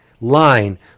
line